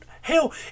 Hell